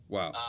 Wow